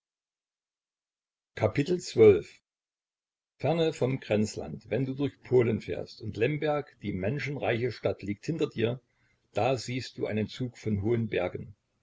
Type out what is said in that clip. ferne vom grenzland wenn du durch polen fährst und lemberg die menschenreiche stadt liegt hinter dir da siehst du einen zug von hohen bergen